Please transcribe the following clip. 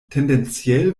tendenziell